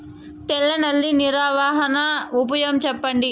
తెల్ల నల్లి నివారణకు ఉపాయం చెప్పండి?